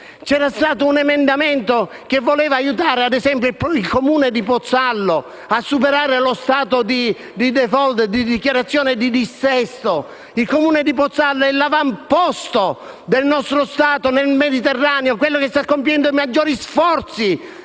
presentato un emendamento che voleva aiutare il Comune di Pozzallo a superare lo stato di *default* e di dissesto. Il Comune di Pozzallo è l'avamposto del nostro Paese nel Mediterraneo, quello che sta compiendo i maggiori sforzi